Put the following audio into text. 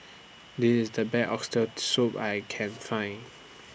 This IS The Best Oxtail Soup I Can Find